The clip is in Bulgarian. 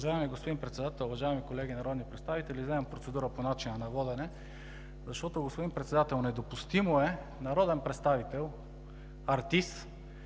Уважаеми господин Председател, уважаеми колеги народни представители, вземам процедура по начина на водене, защото, господин Председател, недопустимо е народен представител, артист,